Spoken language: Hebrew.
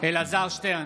אלעזר שטרן,